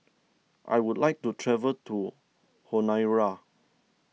I would like to travel to Honiara